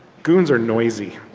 goons are noisy.